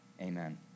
amen